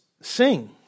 sing